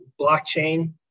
blockchain